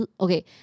okay